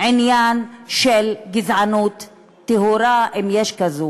עניין של גזענות טהורה, אם יש כזו,